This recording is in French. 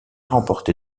remporté